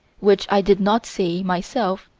which i did not see, myself,